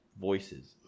voices